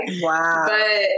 Wow